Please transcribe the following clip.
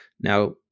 now